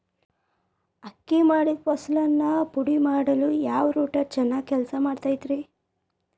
ಅಕ್ಕಿ ಮಾಡಿದ ಫಸಲನ್ನು ಪುಡಿಮಾಡಲು ಯಾವ ರೂಟರ್ ಚೆನ್ನಾಗಿ ಕೆಲಸ ಮಾಡತೈತ್ರಿ?